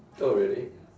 oh really